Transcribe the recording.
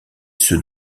ceux